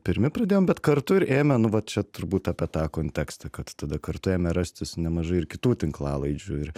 pirmi pradėjom bet kartu ir ėmė nu va čia turbūt apie tą kontekstą kad tada kartu ėmė rastis nemažai ir kitų tinklalaidžių ir